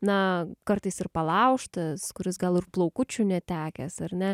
na kartais ir palaužtas kuris gal ir plaukučių netekęs ar ne